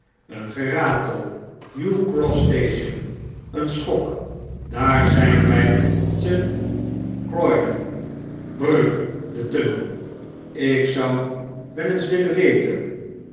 een geratell new cross station een schok daar zp wjj te croydon br r r de tunnel ik zou wel eens willen weten